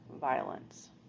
violence